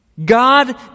God